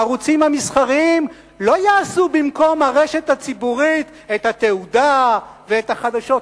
הערוצים המסחריים לא יעשו במקום הרשת הציבורית את התעודה ואת החדשות.